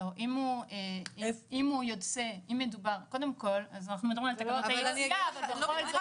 אז אנחנו מדברים על תקנות היציאה אבל בכל זאת